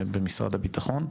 במשרד הביטחון.